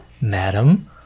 madam